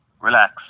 Relax